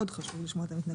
מאוד חשוב לשמוע את המתנגדים.